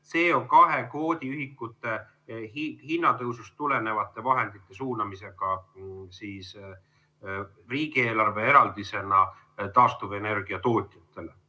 seda CO2kvoodi ühikute hinna tõusust tulenevate vahendite suunamisega riigieelarve eraldisena taastuvenergia tootjatele.